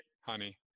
Honey